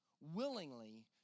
willingly